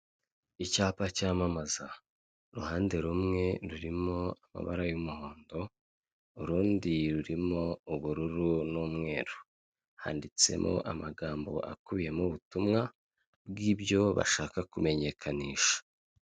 Icyapa cyamamaza, uruhande rumwe rurimo amabara y'umuhondo, urundi rurimo ubururu n'umweru, handitsemo amagambo akubiyemo ubutumwa bw'ibyo bashaka kumenyekanisha.